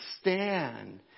stand